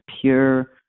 pure